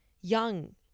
young